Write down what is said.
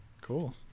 Cool